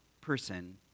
person